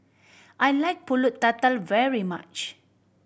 I like Pulut Tatal very much